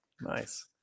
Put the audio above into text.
Nice